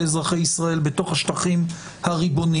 אזרחי ישראל בתוך השטחים הריבוניים,